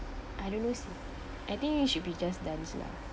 I don't know sia I think should be just dance lah